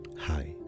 hi